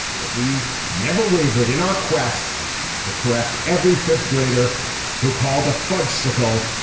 but we never wavered in our quest to correct every fifth grader who called a fudgsicle,